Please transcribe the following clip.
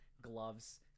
gloves